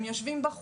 הם יושבים בחוץ,